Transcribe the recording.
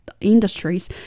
industries